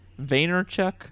Vaynerchuk